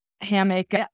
hammock